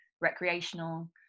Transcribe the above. recreational